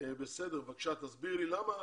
בסדר, בבקשה, תסבירי לי למה